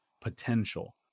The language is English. potential